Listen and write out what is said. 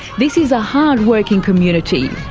this is a hard working community,